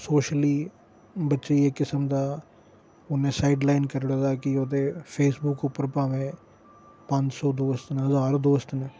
socially बच्चे गी इक किसम दा उन्नै साइडलाइन करी ओड़े दा कि ओह्दे फेसबुक उप्पर भामें पंज सौ दोस्त न हजार दोस्त न